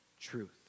truth